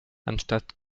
anstatt